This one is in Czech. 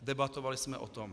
Debatovali jsme o tom.